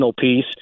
piece